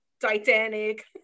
Titanic